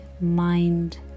mind